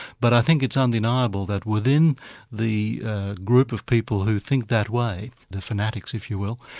but i think it's undeniable that within the group of people who think that way, the fanatics, if you will,